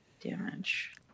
damage